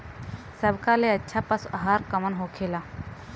सबका ले अच्छा पशु आहार कवन होखेला?